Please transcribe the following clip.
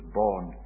born